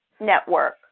network